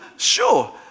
Sure